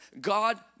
God